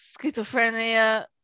schizophrenia